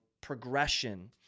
progression